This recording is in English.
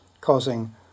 causing